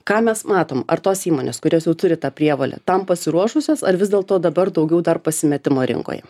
ką mes matom ar tos įmonės kurios jau turi tą prievolę tam pasiruošusios ar vis dėlto dabar daugiau dar pasimetimo rinkoje